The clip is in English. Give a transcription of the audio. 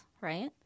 right